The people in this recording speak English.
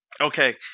Okay